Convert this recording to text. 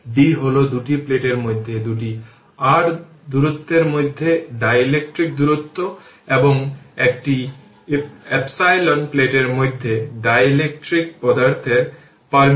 সুতরাং এটি t t τ তাই e এর পাওয়ার 05 t এবং ωτ C0 যা প্রাথমিকভাবে ক্যাপাসিটরের half C V0 square stored initial energy